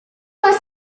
was